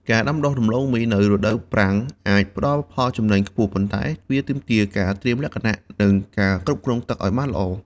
ការដាំដុះដំឡូងមីនៅរដូវប្រាំងអាចផ្តល់ផលចំណេញខ្ពស់ ប៉ុន្តែវាទាមទារការត្រៀមលក្ខណៈ និងការគ្រប់គ្រងទឹកឱ្យបានល្អ។